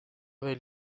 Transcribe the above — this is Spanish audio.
del